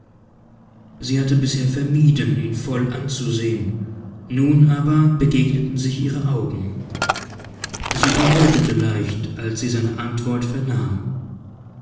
sie hatte bisher vermieden ihn voll anzusehen nun aber begegneten sich ihre augen sie errötete leicht als sie seine antwort vernahm